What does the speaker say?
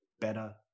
better